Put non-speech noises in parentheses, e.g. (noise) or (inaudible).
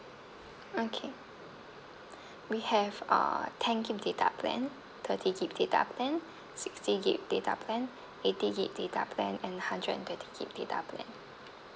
okay (breath) we have a ten GIG data plan thirty GIG data plan sixty GIG data plan eighty GIG data plan and hundred and thirty GIG data plan